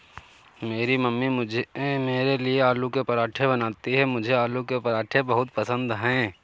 मेरी मम्मी मेरे लिए आलू के पराठे बनाती हैं मुझे आलू के पराठे बहुत पसंद है